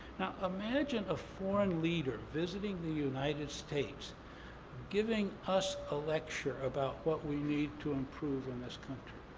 imagine a foreign leader visiting the united states giving us a lecture about what we need to improve in this country.